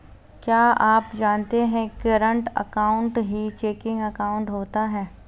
क्या आप जानते है करंट अकाउंट ही चेकिंग अकाउंट होता है